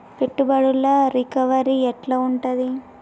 పెట్టుబడుల రికవరీ ఎట్ల ఉంటది?